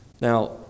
Now